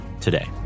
today